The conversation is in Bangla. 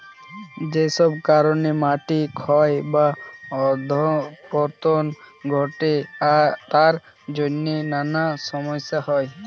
যেসব কারণে মাটি ক্ষয় বা অধঃপতন ঘটে তার জন্যে নানা সমস্যা হয়